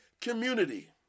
community